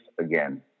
again